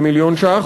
של מיליון ש"ח,